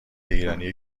ایرانی